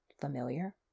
familiar